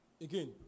Again